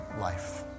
life